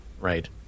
Right